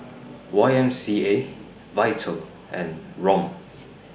Y M C A Vital and Rom